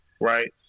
Right